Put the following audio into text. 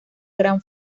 gran